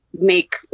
make